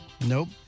Nope